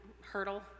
hurdle